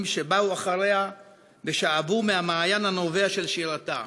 שבאו אחריה ושאבו מהמעיין הנובע של שירתה.